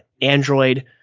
Android